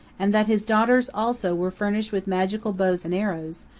and that his daughters also were furnished with magical bows and arrows,